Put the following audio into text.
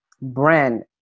brand